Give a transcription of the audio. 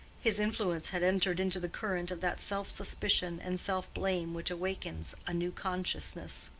his influence had entered into the current of that self-suspicion and self-blame which awakens a new consciousness.